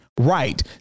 Right